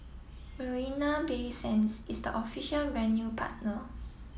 Marina Bay Sands is the official venue partner